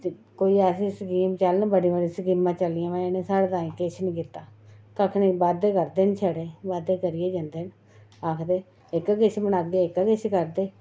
कोई ऐसी स्कीम चलन बड़ी बड़ी स्कीमां चलियां वा इ'नें साढ़े ताईं किश निं कीता कक्ख निं वादे करदे न छड़े वादे करियै जंदे न आखदे एह्का किश बनाह्गे एह्का किश करगे